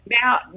Now